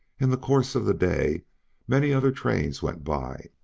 in the course of the day many other trains went by,